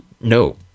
No